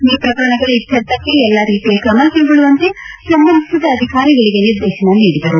ಈ ಪ್ರಕರಣಗಳ ಇತ್ಯರ್ಥಕ್ಕೆ ಎಲ್ಲ ರೀತಿಯ ಕ್ರಮ ಕೈಗೊಳ್ಳುವಂತೆ ಸಂಬಂಧಿಸಿದ ಅಧಿಕಾರಿಗಳಿಗೆ ನಿರ್ದೇಶನ ನೀಡಿದರು